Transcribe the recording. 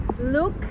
look